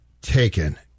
taken